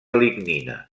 lignina